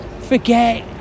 forget